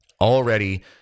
Already